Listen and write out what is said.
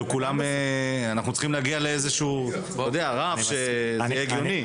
צריך להגיע לרף שיהיה הגיוני.